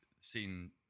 seen